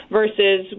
versus